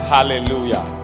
Hallelujah